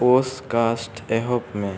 podcast ᱮᱦᱚᱵ ᱠᱟᱜᱼᱟ